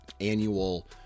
annual